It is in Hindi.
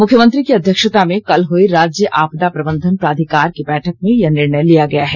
मुख्यमंत्री की अध्यक्षता में कल हुई राज्य आपदा प्रबंधन प्राधिकार की बैठक में यह निर्णय लिया गया है